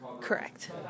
Correct